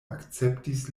akceptis